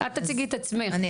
את תציגי את עצמך,